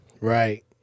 Right